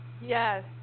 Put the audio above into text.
yes